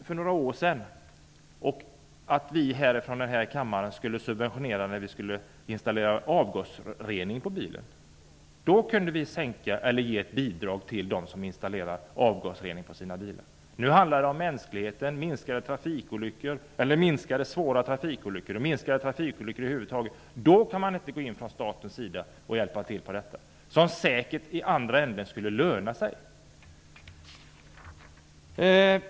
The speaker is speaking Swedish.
För några år sedan, när avgasrening skulle installeras på bilarna, tyckte vi i denna kammare att man skulle subventionera. Då kunde vi ge ett bidrag till dem som installerade avgasrening på sina bilar. Nu handlar det om mänskligheten och om minskade trafikolyckor. Då kan staten inte hjälpa till. Det skulle säkert löna sig i slutändan.